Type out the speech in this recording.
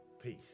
peace